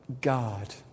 God